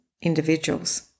individuals